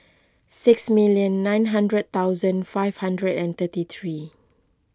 six minute nine hundred thousand five hundred and thirty three